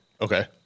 Okay